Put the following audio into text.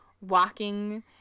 walking